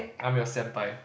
I'm your senpai